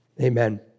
amen